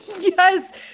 Yes